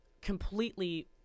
completely